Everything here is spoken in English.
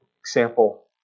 example